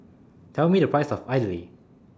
Tell Me The Price of Idly